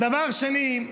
דבר שני,